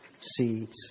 seeds